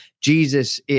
Jesus